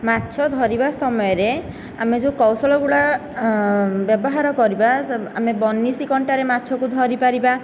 ମାଛ ଧରିବା ସମୟରେ ଆମେ ଯେଉଁ କୌଶଳ ଗୁଡ଼ାକ ବ୍ୟବହାର କରିବା ଆମେ ବନିଶୀ କଣ୍ଟାରେ ମାଛକୁ ଧରିପାରିବା